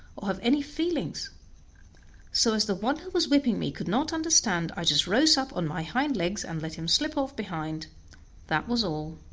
or have any feelings so as the one who was whipping me could not understand i just rose up on my hind legs and let him slip off behind that was all.